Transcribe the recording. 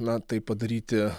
na tai padaryti